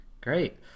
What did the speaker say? Great